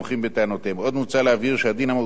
עוד מוצע להבהיר שהדין המהותי החל במקרה